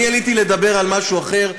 אני עליתי לדבר על משהו אחר.